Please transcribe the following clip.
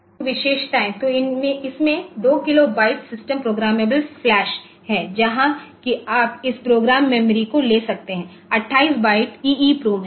तो विशेषताएँ तो इसमें 2 kilo byte system programmable flash है जहाँ कि आप इस प्रोग्राम मेमोरी को ले सकते हैं 28 बाइट EEPROM है